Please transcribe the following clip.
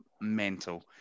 mental